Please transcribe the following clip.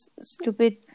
stupid